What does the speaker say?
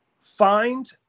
find